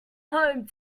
home